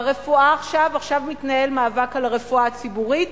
והרפואה, עכשיו מתנהל מאבק על הרפואה הציבורית,